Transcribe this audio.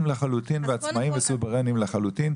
לחלוטין ועצמאיים וסוברנים לחלוטין.